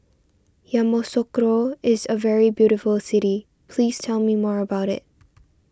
Yamoussoukro is a very beautiful city please tell me more about it